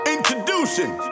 Introducing